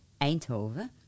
Eindhoven